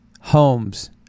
homes